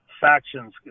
factions